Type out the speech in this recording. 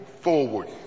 forward